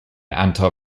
anton